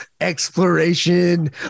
exploration